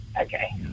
Okay